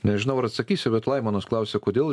nežinau ar atsakysi bet laimonas klausia kodėl